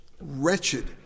wretched